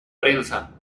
prensa